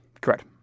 Correct